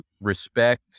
respect